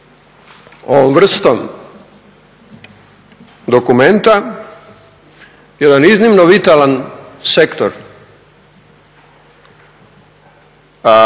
ovom vrstom dokumenta jedan iznimno vitalan sektor